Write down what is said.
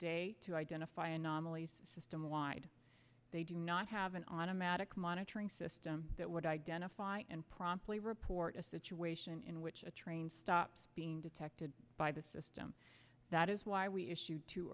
day to identify anomalies systemwide they do not have an automatic monitoring system that would identify and promptly report a situation in which a train stops being detected by the system that is why we issued t